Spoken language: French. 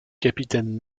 capitaine